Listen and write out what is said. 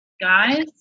guys